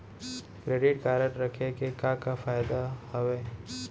Credit card रखे के का का फायदा हवे?